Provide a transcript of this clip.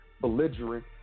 belligerent